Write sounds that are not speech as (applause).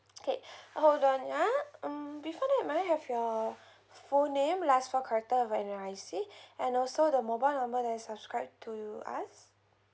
okay (breath) hold on ya hmm before that may I have your full name last four character of your N_R_I_C (breath) and also the mobile number that's subscribe to us